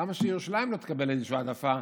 למה שירושלים לא תקבל איזושהי העדפה,